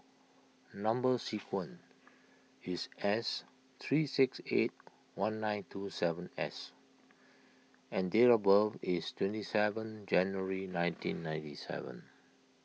Number Sequence is S three six eight one nine two seven S and date of birth is twenty seven January one thousand nine hundred and ninety seven